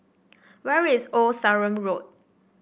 where is Old Sarum Road